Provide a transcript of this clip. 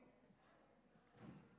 עד שלוש